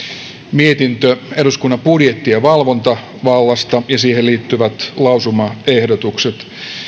mietintö eduskunnan budjetti ja valvontavallasta ja siihen liittyvät lausumaehdotukset